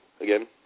again